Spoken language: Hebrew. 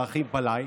האחים פאלי,